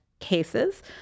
cases